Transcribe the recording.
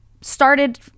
started